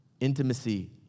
Intimacy